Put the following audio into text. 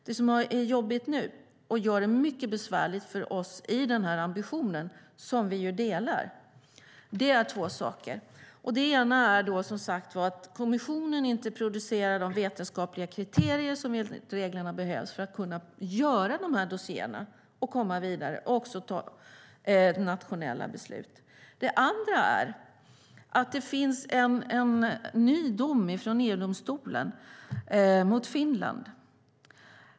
Det som är jobbigt nu och gör det mycket besvärligt för oss i vår gemensamma ambition är två saker. Det ena är som sagt att kommissionen inte producerar de vetenskapliga kriterier som enligt reglerna behövs för att kunna göra de här dossiéerna, komma vidare och fatta nationella beslut. Det andra är att det finns en ny dom från EU-domstolen mot Finland.